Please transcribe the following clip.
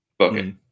Okay